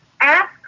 Ask